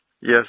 Yes